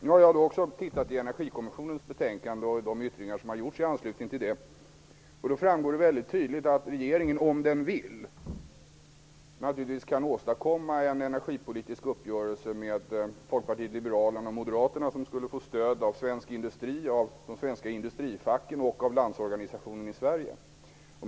Nu har jag också tittat i Energikommissionens betänkande och de yttranden som har gjorts i anslutning till det. Då framgår det mycket tydligt att regeringen, om den vill, naturligtvis kan åstadkomma en energipolitisk uppgörelse med Folkpartiet liberalerna och Moderaterna som skulle få stöd av svensk industri, av de svenska industrifacken och av Landsorganisationen i Sverige.